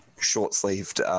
short-sleeved